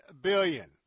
billion